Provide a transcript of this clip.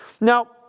Now